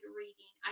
reading